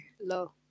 Hello